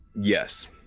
Yes